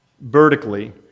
vertically